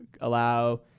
allow